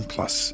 Plus